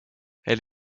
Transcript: elle